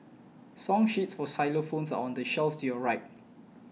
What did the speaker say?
song sheets for xylophones are on the shelf to your right